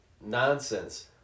nonsense